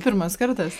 pirmas kartas